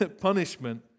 punishment